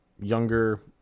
younger